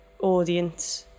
audience